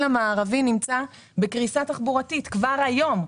המערבי נמצא בקריסה תחבורתית כבר היום.